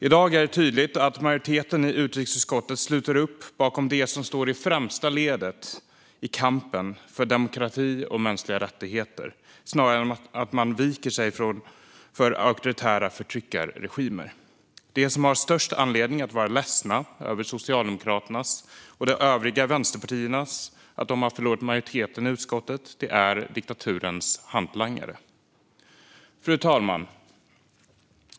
I dag är det tydligt att majoriteten i utrikesutskottet sluter upp bakom dem som står i främsta ledet i kampen för demokrati och mänskliga rättigheter snarare än att man viker sig för auktoritära förtryckarregimer. De som har störst anledning att vara ledsna över att Socialdemokraterna och de övriga vänsterpartierna har förlorat majoriteten i utrikesutskottet är diktaturernas hantlangare. Fru talman!